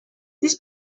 this